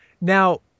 now